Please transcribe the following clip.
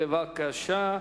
בבקשה,